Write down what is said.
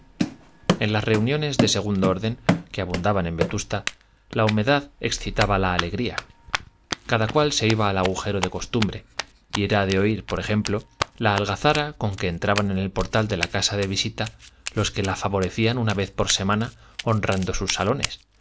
en las reuniones de segundo orden que abundaban en vetusta la humedad excitaba la alegría cada cual se iba al agujero de costumbre y era de oír por ejemplo la algazara con que entraban en el portal de la casa de visita los que la favorecían una vez por semana honrando sus salones